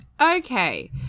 Okay